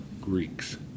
Greeks